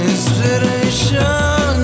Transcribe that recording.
Inspiration